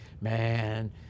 man